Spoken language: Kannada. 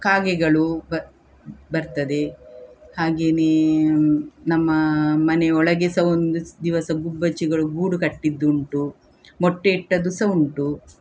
ಕಾಗೆಗಳು ಬ ಬರ್ತದೆ ಹಾಗೇನೇ ನಮ್ಮ ಮನೆ ಒಳಗೆ ಸ ಒಂದ್ಸ ದಿವಸ ಗುಬ್ಬಚ್ಚಿಗಳು ಗೂಡು ಕಟ್ಟಿದ್ದುಂಟು ಮೊಟ್ಟೆ ಇಟ್ಟದು ಸ ಉಂಟು